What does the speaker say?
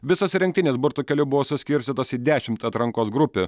visos rinktinės burtų keliu buvo suskirstytos į dešimt atrankos grupių